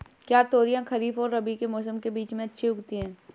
क्या तोरियां खरीफ और रबी के मौसम के बीच में अच्छी उगती हैं?